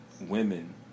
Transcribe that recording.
women